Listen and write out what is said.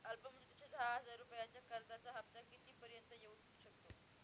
अल्प मुदतीच्या दहा हजार रुपयांच्या कर्जाचा हफ्ता किती पर्यंत येवू शकतो?